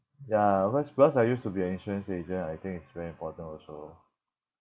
ya because because I used to be an insurance agent I think it's very important also